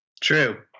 True